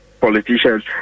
politicians